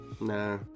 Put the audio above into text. Nah